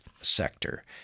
sector